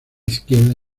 izquierda